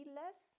less